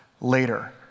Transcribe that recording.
later